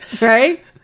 right